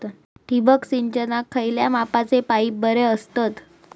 ठिबक सिंचनाक खयल्या मापाचे पाईप बरे असतत?